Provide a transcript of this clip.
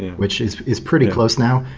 which is is pretty close now.